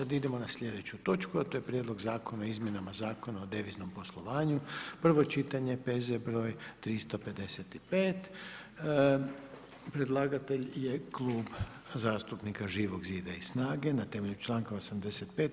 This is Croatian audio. Sada idemo na sljedeću točku a to je: - Prijedlog Zakona o izmjenama Zakona o deviznom poslovanju, prvo čitanje P.Z. br. 355 Predlagatelj je Klub zastupnika Živog zida i SNAGA-e, na temelju članka 85.